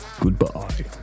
Goodbye